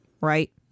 Right